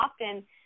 often